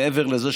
מעבר לזה,